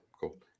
Cool